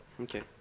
Okay